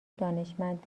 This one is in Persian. دانشمند